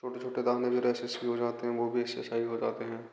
छोट छोटे दाने भी रैसेस भी हो जाते हैं हम वो भी इससे सही हो जाते हैं